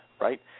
right